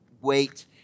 wait